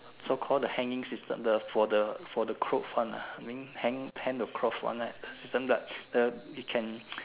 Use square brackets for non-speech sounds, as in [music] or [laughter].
so called the hanging system the for the for the clothes one ah I mean hang hang hang the cloth one ah the system the the it can [noise]